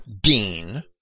dean